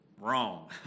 wrong